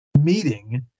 meeting